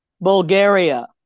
Bulgaria